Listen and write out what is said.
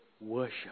worship